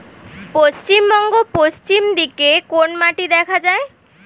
পশ্চিমবঙ্গ পশ্চিম দিকে কোন মাটি দেখা যায়?